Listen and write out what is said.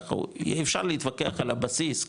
אפשר להתווכח על הבסיס,